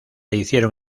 hicieron